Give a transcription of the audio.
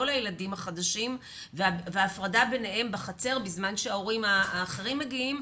לילדים החדשים והפרדה ביניהם בחצר בזמן שההורים האחרים מגיעים,